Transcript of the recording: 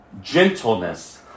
Gentleness